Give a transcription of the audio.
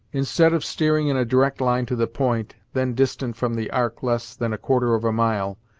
instead of steering in a direct line to the point, then distant from the ark less than a quarter of a mile,